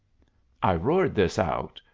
i roared this out,